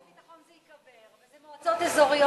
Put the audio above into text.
זה מועצות אזוריות,